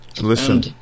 listen